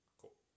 cool